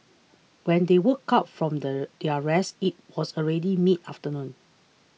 when they woke up from their their rest it was already mid afternoon